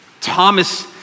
Thomas